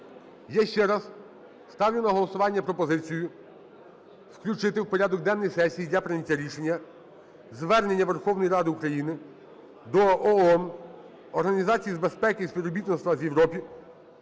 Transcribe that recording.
Я ще раз ставлю на голосування пропозицію: включити в порядок денний сесії для прийняття рішення звернення Верховної Ради України до ООН, Організації з безпеки і співробітництва в Європі